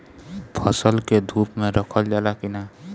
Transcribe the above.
फसल के धुप मे रखल जाला कि न?